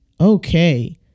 okay